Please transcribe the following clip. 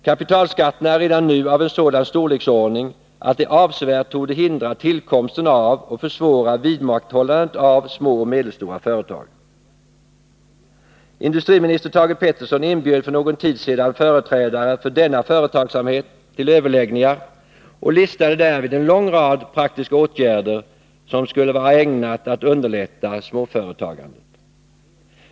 Kapitalskatterna är redan nu av en sådan storleksordning att de avsevärt torde hindra tillkomsten av och försvåra vidmakthållandet av små och medelstora företag. Industriminister Thage Peterson inbjöd för någon tid sedan företrädare för denna företagsamhet till överläggningar och listade därvid en lång rad praktiska åtgärder som skulle vara ägnade att underlätta småföretagandet.